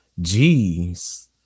Jeez